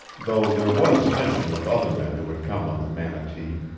though there was mention of other men who had come on the manatee,